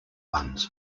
ones